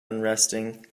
unresting